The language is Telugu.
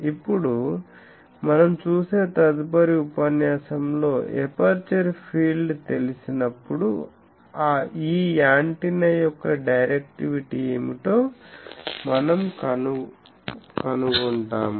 ఇప్పుడు మనం చూసే తదుపరి ఉపన్యాసంలో ఎపర్చరు ఫీల్డ్ తెలిసినప్పుడు ఈ యాంటెన్నా యొక్క డైరెక్టివిటీ ఏమిటో మనం కనుగొంటాము